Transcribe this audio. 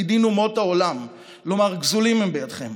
עתידים אומות העולם לומר: גזולים הם בידכם.